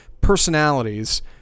personalities